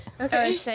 Okay